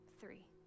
three